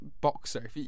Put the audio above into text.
boxer